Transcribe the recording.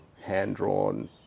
hand-drawn